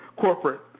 corporate